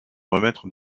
remettre